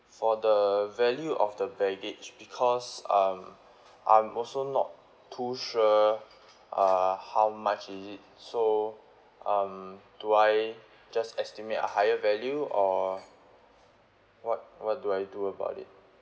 for the the value of the baggage because um I'm also not too sure uh how much is it so um do I just estimate a higher value or what what do I do about it